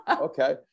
okay